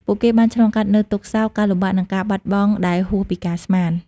ពួកគេបានឆ្លងកាត់នូវទុក្ខសោក ការលំបាក និងការបាត់បង់ដែលហួសពីការស្មាន។